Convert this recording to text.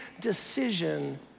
decision